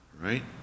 Right